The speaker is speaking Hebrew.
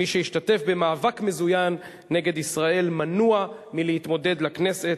מי שהשתתף במאבק מזוין נגד ישראל מנוע מלהתמודד לכנסת.